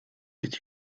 did